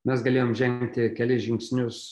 mes galėjom žengti kelis žingsnius